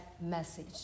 message